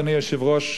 אדוני היושב-ראש,